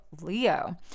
Leo